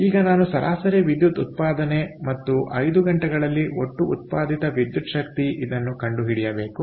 ಈಗ ನಾನು ಸರಾಸರಿ ವಿದ್ಯುತ್ ಉತ್ಪಾದನೆ ಮತ್ತು 5 ಗಂಟೆಗಳಲ್ಲಿ ಒಟ್ಟು ಉತ್ಪಾದಿತ ವಿದ್ಯುತ್ ಶಕ್ತಿ ಇದನ್ನು ಕಂಡು ಹಿಡಿಯಬೇಕು